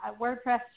WordPress